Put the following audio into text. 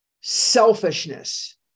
selfishness